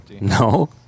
no